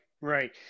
right